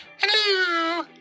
Hello